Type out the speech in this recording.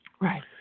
Right